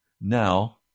Now